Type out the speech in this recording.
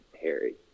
Harry